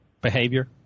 behavior